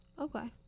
Okay